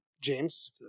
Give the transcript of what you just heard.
James